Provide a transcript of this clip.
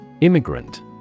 Immigrant